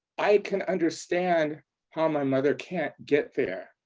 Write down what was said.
i can understand how my mother can't get there,